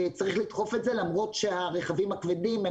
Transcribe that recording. צריך לדחוף את זה למרות שהרכבים הכדים הם